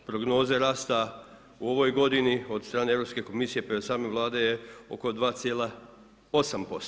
Prognoze rasta u ovoj godini od strane Europske komisije, pa i od same Vlade je oko 2,8%